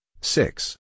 six